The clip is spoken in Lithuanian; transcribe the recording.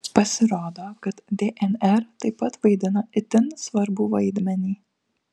pasirodo kad dnr taip pat vaidina itin svarbų vaidmenį